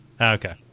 Okay